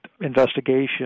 investigation